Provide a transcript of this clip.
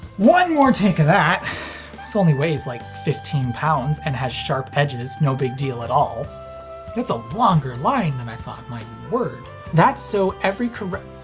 one more take of that. ths so only weights like fifteen pounds, and has sharp edges, no big deal at all that's a longer line than i thought, my word that's so every corr,